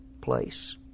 place